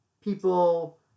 people